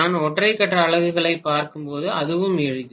நான் ஒற்றை கட்ட அலகுகளைப் பார்க்கும்போது அதுவும் எளிது